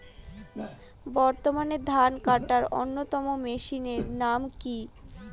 বর্তমানে ধান কাটার অন্যতম মেশিনের নাম কি?